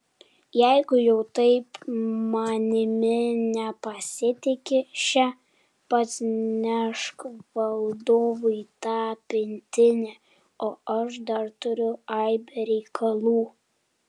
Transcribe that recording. jeigu jau taip manimi nepasitiki še pats nešk valdovui tą pintinę o aš dar turiu aibę reikalų